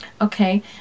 Okay